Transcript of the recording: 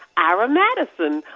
ira madison.